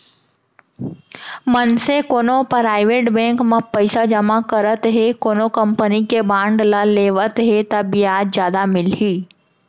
मनसे कोनो private bank म पइसा जमा करत हे कोनो कंपनी के बांड ल लेवत हे ता बियाज जादा मिलही